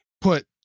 put